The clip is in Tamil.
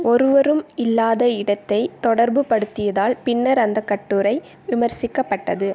ஒருவரும் இல்லாத இடத்தைத் தொடர்பு படுத்தியதால் பின்னர் அந்தக் கட்டுரை விமர்சிக்கப்பட்டது